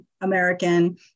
American